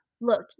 Look